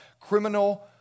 criminal